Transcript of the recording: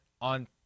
on